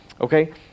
Okay